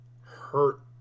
hurt